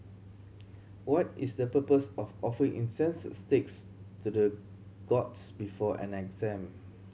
what is the purpose of offering incense sticks to the gods before an exam